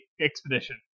expedition